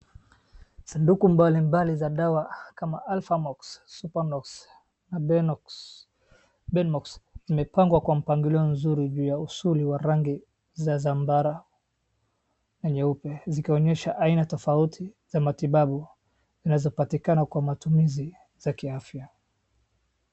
Saduku mbalimbali za dawa kama alfanox, supanox, abenox, benox, zimepangwa kwa mpangilio kwa mpangilio nzuri juu ya uzuri wa rangi za zambara na nyeupe zikionyesha aina tofauti za matibabu zinazopatikana kwa matumizi za kiafya.